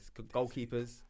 goalkeepers